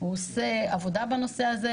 הוא עושה עבודה בנושא הזה.